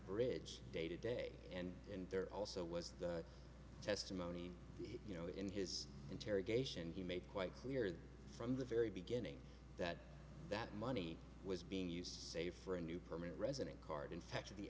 bridge day to day and and there also was the testimony you know in his interrogation he made quite clear from the very beginning that that money was being used to save for a new permanent resident card infected the